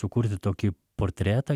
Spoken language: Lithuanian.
sukurti tokį portretą